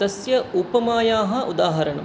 तस्य उपमायाः उदाहरणं